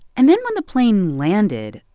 and then when the plane landed,